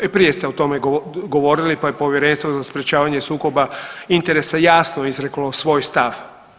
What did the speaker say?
I prije ste o tome govorili pa je Povjerenstvo za sprječavanje sukoba interesa jasno izreklo svoj stav.